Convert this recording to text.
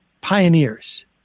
pioneers